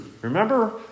Remember